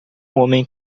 homem